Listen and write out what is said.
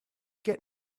get